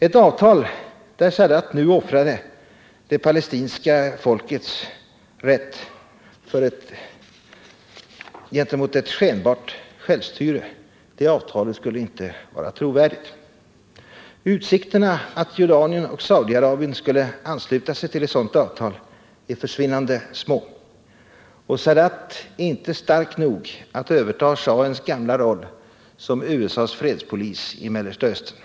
Ett avtal där president Sadat offrade det palestinska folkets rätt för ett skenbart självstyre skulle inte vara trovärdigt. Utsikterna att Jordanien och Saudi-Arabien skulle ansluta sig till ett sådant avtal är försvinnande små. Och Sadat är inte stark nog att överta schahens gamla roll som USA:s fredspolis i Mellersta Östern.